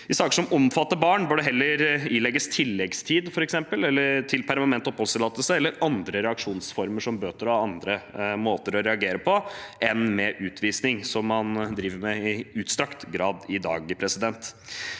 I saker som omfatter barn, bør det heller ilegges f.eks. tilleggstid til permanent oppholdstillatelse eller andre reaksjonsformer, som bøter – altså andre måter å reagere på enn med utvisning, som man i utstrakt grad driver